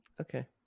Okay